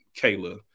Kayla